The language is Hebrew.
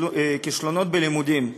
כישלונות בלימודים.